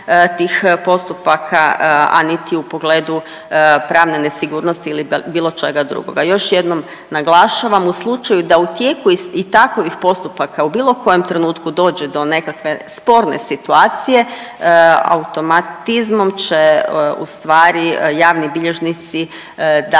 tih postupaka, a niti u pogledu pravne nesigurnosti ili bilo čega drugoga. Još jednom naglašavam, u slučaju da u tijeku i takovih postupaka u bilo kojem trenutku dođe do nekakve sporne situacije automatizmom će ustvari javni bilježnici u